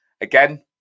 again